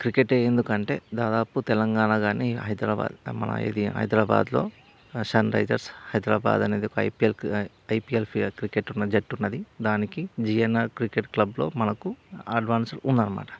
క్రికెట్టే ఎందుకంటే దాదాపు తెలంగాణ కానీ హైదరాబాద్ మన ఇది హైదరాబాద్లో సన్ రైజర్స్ హైదరాబాద్ అనేది ఒక ఐపీల్ ఐపీల్ క్రికెట్ ఉన్న జట్టు ఉన్నది దానికి జీఎన్ఆర్ క్రికెట్ క్లబ్లో మనకు అడ్వాన్సుడ్ ఉందన్నమాట